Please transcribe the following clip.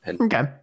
okay